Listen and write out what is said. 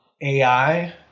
ai